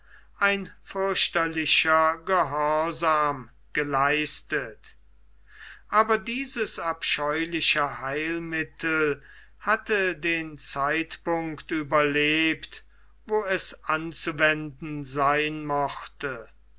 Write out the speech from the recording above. ein fürchterlicher gehorsam geleistet aber dieses abscheuliche heilmittel hatte den zeitpunkt überlebt wo es anzuwenden sein mochte